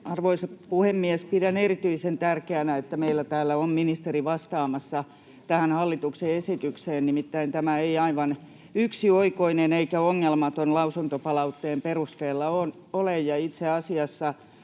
Arvoisa puhemies! Pidän erityisen tärkeänä, että meillä täällä on ministeri vastaamassa tästä hallituksen esityksestä. Nimittäin tämä ei aivan yksioikoinen eikä ongelmaton lausuntopalautteen perusteella ole.